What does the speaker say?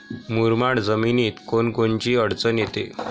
मुरमाड जमीनीत कोनकोनची अडचन येते?